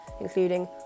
including